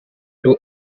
two